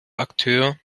akteur